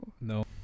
No